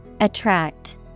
Attract